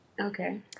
Okay